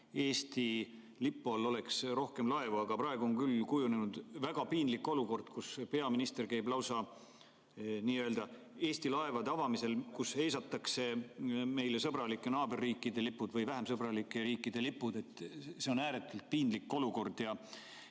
Eesti lipu all oleks rohkem laevu, aga praegu on kujunenud küll väga piinlik olukord, kus peaminister käib lausa nii-öelda Eesti laevade avamisel, kus heisatakse meile sõbralike naaberriikide lipud või vähem sõbralike riikide lipud. See on ääretult piinlik olukord.